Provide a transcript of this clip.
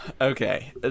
Okay